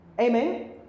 amen